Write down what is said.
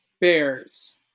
Bears